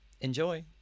Enjoy